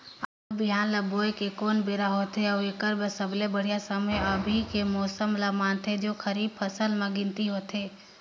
आलू बिहान ल बोये के कोन बेरा होथे अउ एकर बर सबले बढ़िया समय अभी के मौसम ल मानथें जो खरीफ फसल म गिनती होथै?